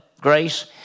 Grace